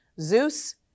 Zeus